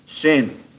Sin